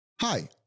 Hi